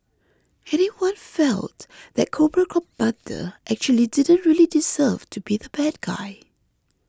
anyone felt that Cobra Commander actually didn't really deserve to be the bad guy